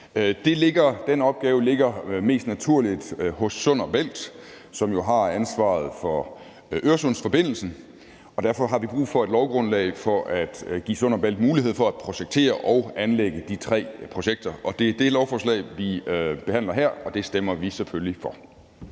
Den opgave ligger mest naturligt hos Sund & Bælt, som jo har ansvaret for Øresundsforbindelsen. Derfor har vi brug for et lovgrundlag for at give Sund & Bælt mulighed for at projektere og anlægge de tre projekter, og det er det, som vi behandler et lovforslag om her, og det stemmer vi selvfølgelig for.